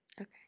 Okay